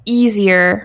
easier